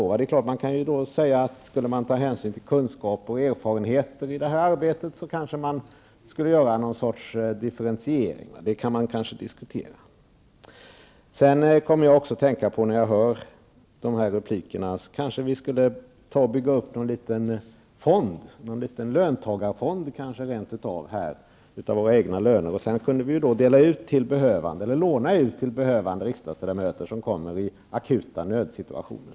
Skulle man ta hänsyn till kunskap och erfarenheter i det här arbetet, kanske man borde göra någon sorts differentiering. Det kan vi kanske diskutera. När jag hör replikerna här, kommer jag att tänka på att vi kanske borde bygga upp en fond, rent av någon liten löntagarfond, av våra egna löner. Sedan kunde vi dela ut eller låna ut till riksdagsledamöter som kommer i akuta nödsituationer.